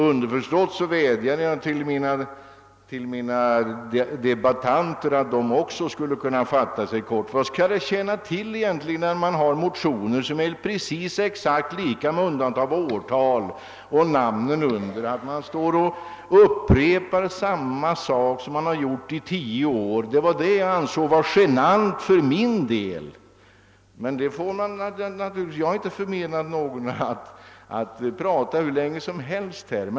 Underförstått vädjade jag till mina meddebattörer att också de skulle fatta sig kort. När man år efter år har motioner som är exakt lika varandra med undantag för namnen under dem och årtalen, undrar jag vad det skall tjäna till att upprepa samma sak som man har sagt i tio år. Det ansåg jag för min del vara genant, men jag vill inte förmena någon rätten att prata hur länge som helst.